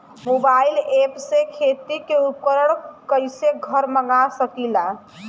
Mobile ऐपसे खेती के उपकरण कइसे घर मगा सकीला?